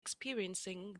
experiencing